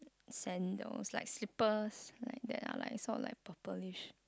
sandals like slippers like that ah sort of like purplish